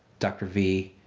dr. v.